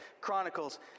Chronicles